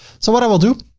so what i will do,